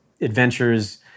adventures